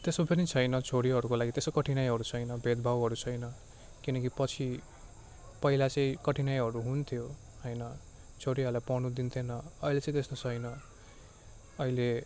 त्यसो पनि छैन छोरीहरूको लागि त्यसो कठिनाइहरू छैन भेदभावहरू छैन किनकि पछि पहिला चाहिँ कठिनाइहरू हुन्थ्यो होइन छोरीहरूलाई पढ्नु दिँदैन थियो अहिले चाहिँ त्यस्तो छैन अहिले